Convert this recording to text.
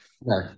No